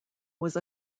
was